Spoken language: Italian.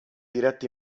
diretti